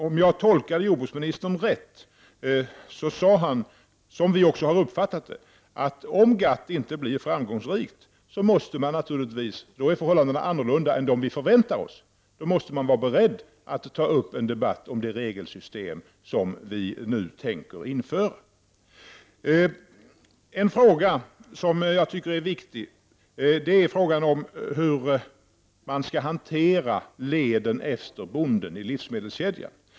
Om jag tolkade jordbruksministern rätt menade han att om GATT inte blir framgångsrikt blir förhållandena annorlunda än vi förväntade oss, och då måste man vara beredd att ta upp en debatt om det regelsystem som vi nu tänker införa. En fråga som jag tycker är viktig gäller hur man skall hantera leden efter bonden i livsmedelskedjan.